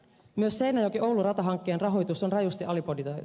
myös seinäjokioulu ratahankkeen rahoitus on rajusti alibudjetoitu